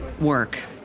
work